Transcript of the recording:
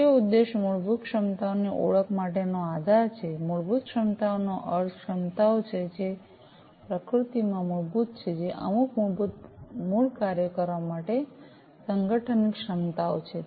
મુખ્ય ઉદ્દેશ મૂળભૂત ક્ષમતાઓની ઓળખ માટેનો આધાર છે મૂળભૂત ક્ષમતાઓનો અર્થ ક્ષમતાઓ છે જે પ્રકૃતિમાં મૂળભૂત છે જે અમુક મૂળભૂત મૂળ કાર્યો કરવા માટે સંગઠનની ક્ષમતાઓ છે